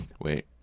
Wait